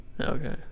Okay